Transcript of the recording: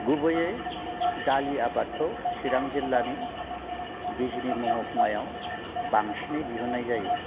गुबैयै दालि आबादखौ चिरां जिल्लानि बिजनि महकुमायाव बांसिनै दिहुननाय जायो